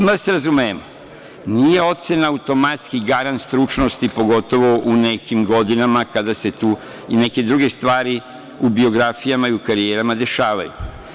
Odmah da se razumemo, nije ocena automatski garant stručnosti, pogotovo u nekim godinama kada se tu i neke druge stvari u biografijama i karijerama dešavaju.